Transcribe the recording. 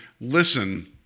listen